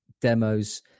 demos